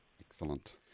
Excellent